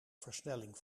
versnelling